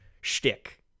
shtick